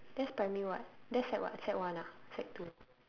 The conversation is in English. that's primary what that's sec what sec one ah sec two